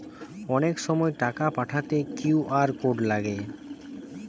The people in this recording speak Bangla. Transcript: অনেক সময় টাকা পাঠাতে কিউ.আর কোড লাগে